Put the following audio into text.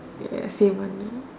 yes stable new